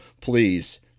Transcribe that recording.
please